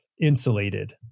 insulated